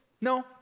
No